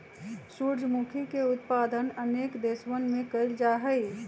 सूर्यमुखी के उत्पादन अनेक देशवन में कइल जाहई